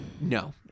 No